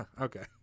okay